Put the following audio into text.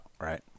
right